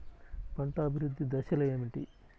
పంట అభివృద్ధి దశలు ఏమిటి?